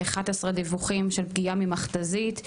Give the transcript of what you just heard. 11 דיווחים של פגיעה ממכת"זית,